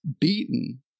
beaten